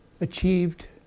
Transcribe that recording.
achieved